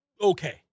okay